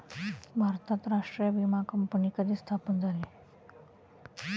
भारतात राष्ट्रीय विमा कंपनी कधी स्थापन झाली?